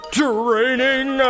training